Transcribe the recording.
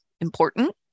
important